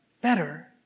Better